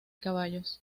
caballos